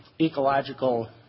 ecological